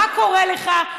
מה קורה לך,